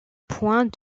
point